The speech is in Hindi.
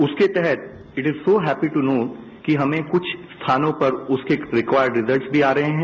उसके तहत it is so happy to know कि हमें कुछ स्थानों पर उसके रिक्वायर्ड रिजल्ट भी आ रहे हैं